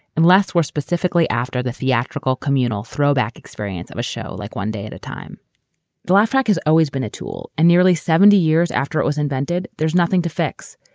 unless we're specifically after the theatrical communal throwback experience of a show like one day at a time the laugh track has always been a tool and nearly seventy years after it was invented, there's nothing to fix.